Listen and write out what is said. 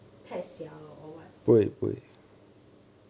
太小 or what